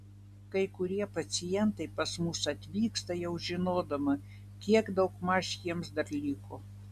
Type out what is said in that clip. kai kurie pacientai pas mus atvyksta jau žinodami kiek daugmaž jiems dar liko